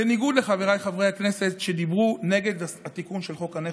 בניגוד לחבריי חברי הכנסת שדיברו נגד התיקון של חוק הנכד,